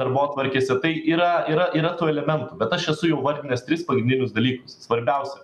darbotvarkėse tai yra yra yra tų elementų bet aš esu jau vardinęs tris pagrindinius dalykus svarbiausia